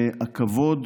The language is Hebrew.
הכבוד